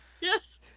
Yes